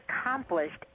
accomplished